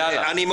יאללה.